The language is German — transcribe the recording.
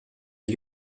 die